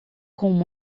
com